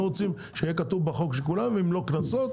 הם רוצים שיהיה כתוב בחוק שכולם אם לא קנסות